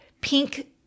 pink